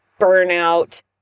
burnout